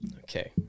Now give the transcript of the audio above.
Okay